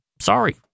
sorry